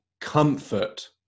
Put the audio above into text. comfort